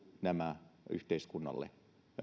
nämä yhteiskunnalle